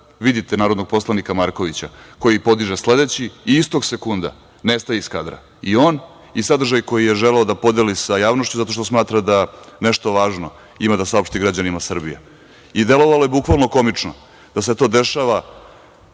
vidite narodnog poslanika Markovića koji podiže sledeći i istog sekunda nestaje iz kadra i on i sadržaj koji je želeo da podeli sa javnošću zato što smatra da nešto važno ima da saopšti građanima Srbije. Delovalo je bukvalno komično da se to dešava